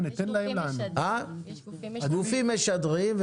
גופים משדרים.